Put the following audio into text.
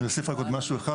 אני אוסיף עוד משהו אחד